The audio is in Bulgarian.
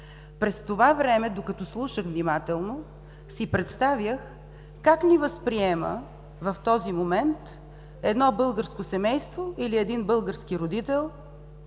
През това време, докато слушах внимателно, си представях как ни възприема в този момент едно българско семейство или един български родител,